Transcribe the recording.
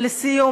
ולסיום,